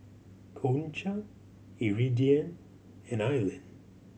Concha Iridian and Aylin